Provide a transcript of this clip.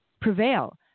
prevail